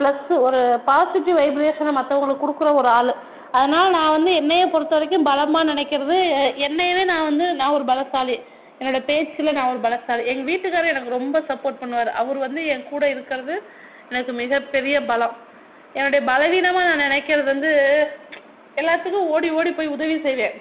plus ஒரு positive வைப்ரேஷனை மத்தவங்களுக்கு கொடுக்குற ஒரு ஆள் அதனால் நான் வந்து என்னை பொருத்த வரைக்கும் பலமாக நினைக்கிறது என்னையவே நான் வந்து நான் ஒரு பலசாலி என்னுடைய பேச்சில் நான் ஒரு பலசாலி எங்கள் வீட்டுக்காரரு எனக்கு ரொம்ப சப்போர்ட் பண்ணுவார் அவர் வந்து என்கூட இருக்கிறது எனக்கு மிகப்பெரிய பலம் என்னுடைய பலவீனமாக நான் நினைக்கிறது வந்து எல்லாத்துக்கும் ஓடி ஓடி போய் உதவி செய்வேன்